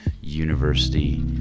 university